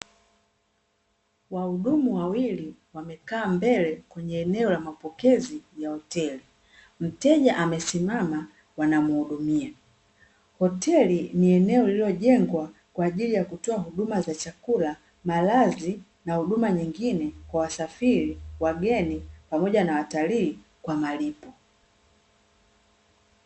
Wahudumu wawili wamekaa mbele kwenye eneo la mapokezi ya hoteli, mteja amesimama wanamhudumia. Hoteli ni eneo lililojengwa kwa ajili ya kutoa huduma za chakula, malazi na huduma nyingine kwa wasafiri, wageni pamoja na watalii kwa malipo .